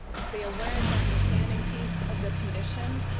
the awareness and understanding piece of the condition